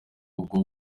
bwo